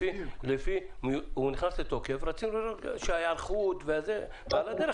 הוא נכנס לתוקף ורצינו לראות את ההיערכות ועל הדרך